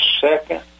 second